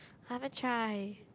I haven't try